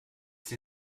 sie